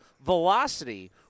Velocity